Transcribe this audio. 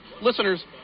listeners